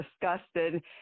disgusted